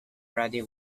brady